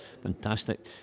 Fantastic